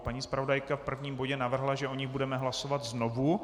Paní zpravodajka v prvním bodě navrhla, že o nich budeme hlasovat znovu.